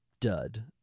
dud